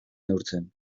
neurtzen